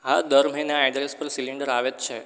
હા દર મહિને આ એડ્રેસ પર સિલિન્ડર આવે જ છે